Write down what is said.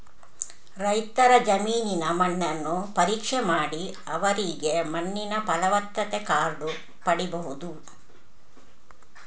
ರೈತರ ಜಮೀನಿನ ಮಣ್ಣನ್ನು ಪರೀಕ್ಷೆ ಮಾಡಿ ಅವರಿಗೆ ಮಣ್ಣಿನ ಫಲವತ್ತತೆ ಕಾರ್ಡು ಪಡೀಬಹುದು